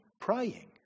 praying